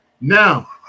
Now